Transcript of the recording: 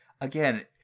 Again